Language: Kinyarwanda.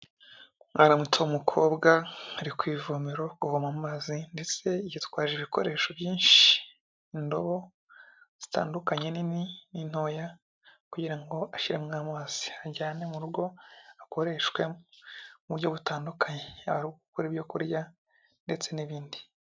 Umwana muto w'umukobwa ari ku ivomero kuvoma amazi ndetse yitwaje ibikoresho byinshi indobo zitandukanye nini n'intoya kugira ngo ashiremwo amazi ajyane mu rugo akoreshwe mu buryo butandukanye ugukora ibyo kurya ndetse n'ibindi.